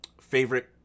favorite